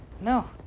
No